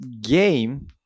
game